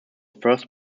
first